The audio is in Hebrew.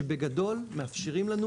שבגדול מאפשרים לנו,